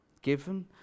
given